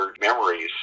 memories